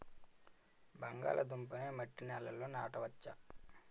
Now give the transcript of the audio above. బంగాళదుంప నీ మట్టి నేలల్లో నాట వచ్చా?